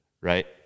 right